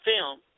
film